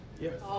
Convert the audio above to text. Yes